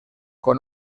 con